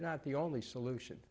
not the only solution